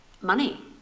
Money